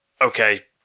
okay